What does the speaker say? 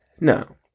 No